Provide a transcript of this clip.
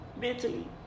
mentally